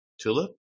Tulip